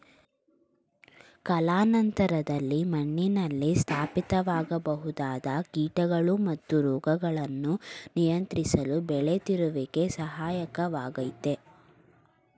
ಕಾಲಾನಂತರದಲ್ಲಿ ಮಣ್ಣಿನಲ್ಲಿ ಸ್ಥಾಪಿತವಾಗಬಹುದಾದ ಕೀಟಗಳು ಮತ್ತು ರೋಗಗಳನ್ನು ನಿಯಂತ್ರಿಸಲು ಬೆಳೆ ತಿರುಗುವಿಕೆ ಸಹಾಯಕ ವಾಗಯ್ತೆ